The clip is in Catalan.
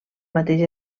mateix